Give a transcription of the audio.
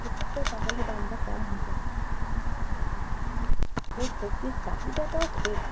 ত তাহলে দামটা কম হতো আর সব্জির চাহিদাটাও খুব